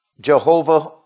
Jehovah